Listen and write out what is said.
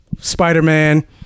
Spider-Man